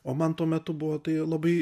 o man tuo metu buvo tai labai